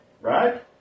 Right